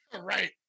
Right